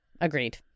Agreed